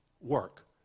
work